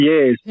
Yes